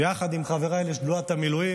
יחד עם חבריי לשדולת המילואים,